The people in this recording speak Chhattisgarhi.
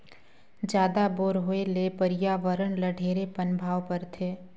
जादा बोर होए ले परियावरण ल ढेरे पनभाव परथे